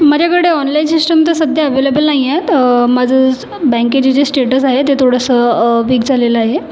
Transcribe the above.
माझ्याकडे online system तर सद्या अव्हेलेबल नाही आहे तर माझं स बँकेचे जे स्टेटस आहे ते थोडंसं वीक झालेलं आहे